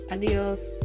Adios